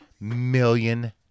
million